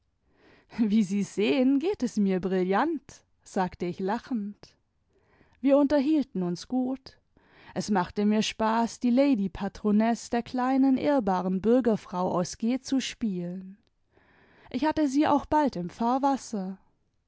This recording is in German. wie sie sehen geht es mir brillant sagte ich lachend wir unterhielten uns gut es machte mir spaß die lady patronesse der kleinen ehrbaren bürgerfrau aus g zu spielen ich hatte sie auch bald im fahrwasser